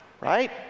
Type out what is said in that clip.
right